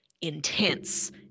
intense